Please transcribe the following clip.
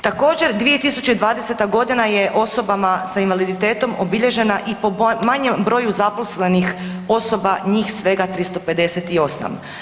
Također 2020. godina je osobama s invaliditetom obilježena i po manjem broju zaposlenih osoba, njih svega 358.